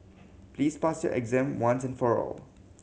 please pass your exam once and for all